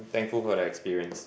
thankful for the experience